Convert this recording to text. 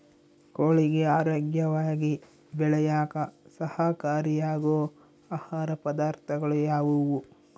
ಕೋಳಿಗೆ ಆರೋಗ್ಯವಾಗಿ ಬೆಳೆಯಾಕ ಸಹಕಾರಿಯಾಗೋ ಆಹಾರ ಪದಾರ್ಥಗಳು ಯಾವುವು?